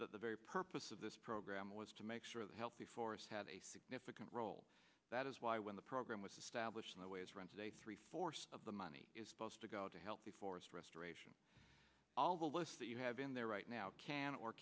the very purpose of this program was to make sure the help before us had a significant role that is why when the program was established in the way is run today three fourths of the money is supposed to go to healthy forest restoration all the list that you have in there right now can or